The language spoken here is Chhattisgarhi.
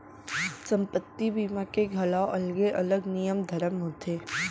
संपत्ति बीमा के घलौ अलगे अलग नियम धरम होथे